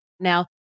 Now